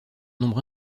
nombre